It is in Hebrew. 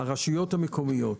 הרשויות המקומיות,